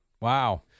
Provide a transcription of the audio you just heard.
Wow